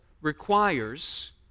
requires